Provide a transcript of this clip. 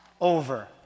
over